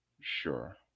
sure